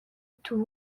tout